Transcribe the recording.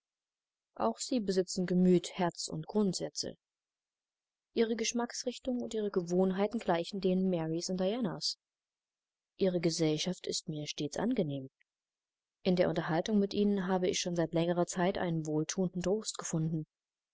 auch sie besitzen gemüt herz und grundsätze ihre geschmacksrichtung und ihre gewohnheiten gleichen denen marys und dianas ihre gesellschaft ist mir stets angenehm in der unterhaltung mit ihnen habe ich schon seit langer zeit einen wohlthuenden trost gefunden